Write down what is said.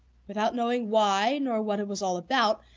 without knowing why, nor what it was all about,